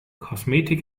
kosmetik